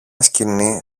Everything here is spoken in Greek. σκοινί